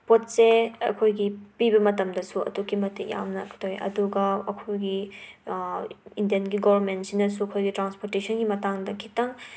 ꯄꯣꯠꯁꯦ ꯑꯩꯈꯣꯏꯒꯤ ꯄꯤꯕ ꯃꯇꯝꯗꯁꯨ ꯑꯗꯨꯛꯀꯤ ꯃꯇꯤꯛ ꯌꯥꯝꯅ ꯈꯇꯧꯋꯦ ꯑꯗꯨꯒ ꯑꯩꯈꯣꯏꯒꯤ ꯏꯟꯗ꯭ꯌꯟꯒꯤ ꯒꯣꯔꯃꯦꯟꯁꯤꯅꯁꯨ ꯑꯩꯈꯣꯏꯒꯤ ꯇ꯭ꯔꯥꯟꯁꯄꯨꯇꯦꯁꯟꯒꯤ ꯃꯇꯥꯡꯗ ꯈꯤꯇꯪ